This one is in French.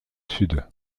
sud